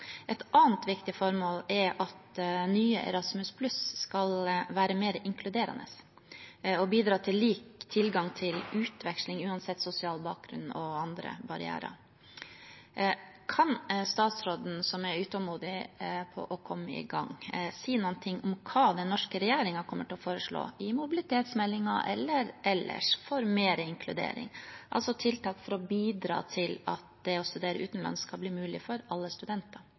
Et annet viktig formål er at nye Erasmus+ skal være mer inkluderende og bidra til lik tilgang til utveksling, uansett sosial bakgrunn og andre barrierer. Kan statsråden, som er utålmodig etter å komme i gang, si noe om hva den norske regjeringen kommer til å foreslå – i mobilitetsmeldingen eller ellers – for mer inkludering, altså tiltak for å bidra til at det å studere utenlands skal bli mulig for alle studenter?